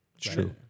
True